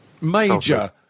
Major